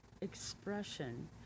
expression